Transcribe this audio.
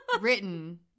written